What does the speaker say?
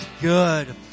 good